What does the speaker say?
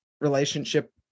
relationship